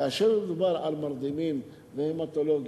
כאשר מדובר על מרדימים והמטולוגיה,